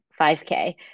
5K